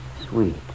Sweet